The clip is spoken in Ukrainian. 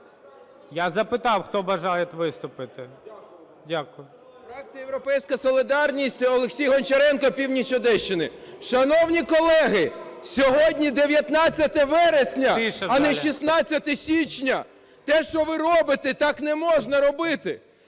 Я запитав: хто бажає виступити? Дякую.